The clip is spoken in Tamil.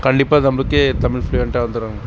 கண்டிப்பாக நம்மளுக்கே தமிழ் ஃப்ளுயன்ட்டாக வந்துடும்